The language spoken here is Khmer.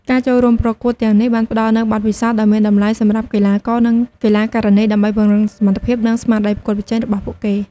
ការចូលរួមប្រកួតទាំងនេះបានផ្ដល់នូវបទពិសោធន៍ដ៏មានតម្លៃសម្រាប់កីឡាករ និង កីឡាការិនី ដើម្បីពង្រឹងសមត្ថភាព និងស្មារតីប្រកួតប្រជែងរបស់ពួកគេ។